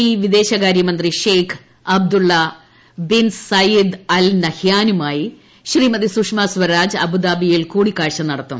E വിദേശകാര്യമന്ത്രി Sheikh Abdullah bin Zayed Al നഹ്യാനുമായി ശ്രീമതി സുഷമ സ്വരാജ് അബുദാബിയിൽ കൂടിക്കാഴ്ച നടത്തും